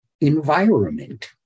environment